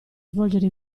svolgere